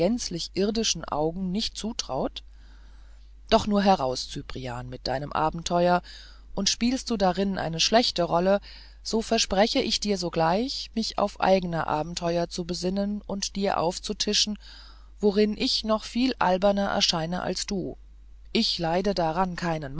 irdischen augen nicht zutraut doch nur heraus cyprian mit deinem abenteuer und spielst du darin eine schlechte rolle so verspreche ich dir sogleich mich auf eigne abenteuer zu besinnen und dir aufzutischen worin ich noch viel alberner erscheine als du ich leide daran gar keinen